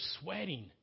sweating